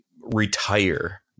retire